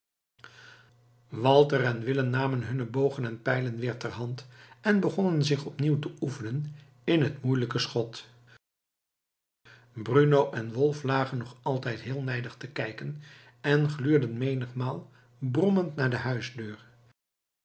walter en willem namen hunne bogen en pijlen weer ter hand en begonnen zich opnieuw te oefenen in het moeielijke schot bruno en wolf lagen nog altijd heel nijdig te kijken en gluurden menigmaal brommend naar de huisdeur